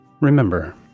Remember